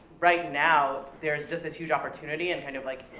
right now, there's just this huge opportunity, and kind of like,